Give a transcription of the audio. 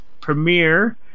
premiere